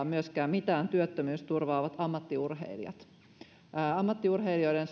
myöskään mitään työttömyysturvaa ovat ammattiurheilijat ammattiurheilijoiden